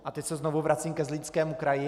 A teď se znovu vracím ke Zlínskému kraji.